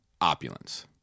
opulence